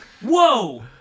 Whoa